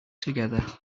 together